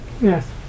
Yes